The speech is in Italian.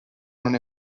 non